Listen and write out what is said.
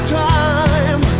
time